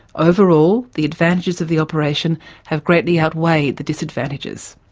overall, the advantages of the operation have greatly outweighed the disadvantages.